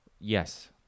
Yes